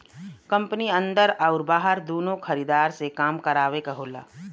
company अन्दर आउर बाहर दुन्नो खरीदार से काम करावे क होला